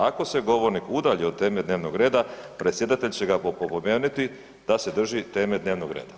Ako se govornik udalji od teme dnevnog reda predsjedatelj će ga opomenuti da se drži teme dnevnog reda.